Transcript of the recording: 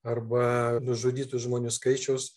arba nužudytų žmonių skaičiaus